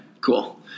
Cool